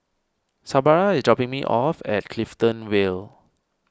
Sabra is dropping me off at Clifton Vale